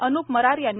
अन्प मरार यांनी